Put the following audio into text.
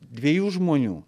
dviejų žmonių